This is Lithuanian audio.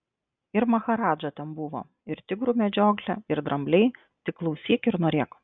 ir maharadža ten buvo ir tigrų medžioklė ir drambliai tik klausyk ir norėk